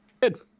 Good